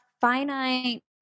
finite